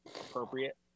Appropriate